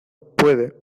puede